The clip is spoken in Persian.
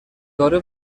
داره